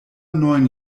neun